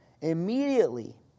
immediately